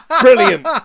Brilliant